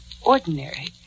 ordinary